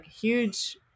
huge